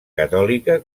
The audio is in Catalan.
catòlica